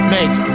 Make